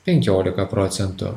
penkiolika procentų